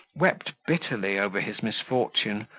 wept bitterly over his misfortune,